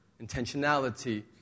intentionality